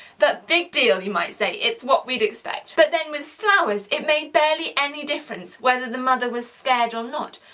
but big deal. you might say, it's what we'd expect. but then with flowers it made barely any difference whether the mother was scared or not.